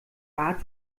art